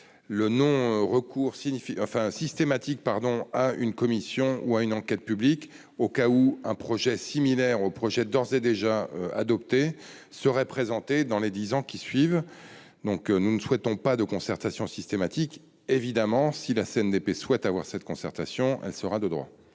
le non-recours systématique à une commission ou une enquête publique dans le cas où un projet similaire au projet d'ores et déjà adopté serait présenté dans les dix ans qui suivent. Nous ne souhaitons pas de concertation systématique. Évidemment, si la CNDP souhaite qu'une concertation ait lieu, elle sera de droit.